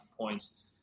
points